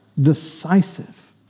decisive